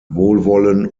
wohlwollen